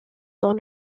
dans